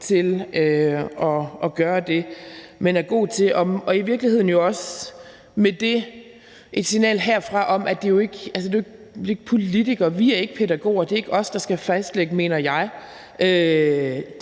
til at gøre det, man er god til. Og i virkeligheden er det jo også et signal herfra om, at vi politikere jo ikke er pædagoger; det er ikke os, mener jeg, der skal fastlægge